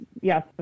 yes